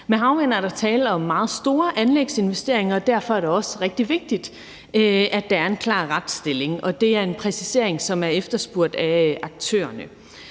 Med havvindanlæg er der tale om meget store anlægsinvesteringer, og derfor er det også rigtig vigtigt, at der er en klar retsstilling. Det er en præcisering, som er efterspurgt af aktørerne.